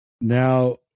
Now